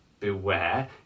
beware